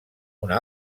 una